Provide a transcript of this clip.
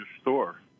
store